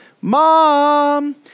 mom